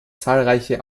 zahlreiche